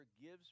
gives